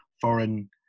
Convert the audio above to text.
foreign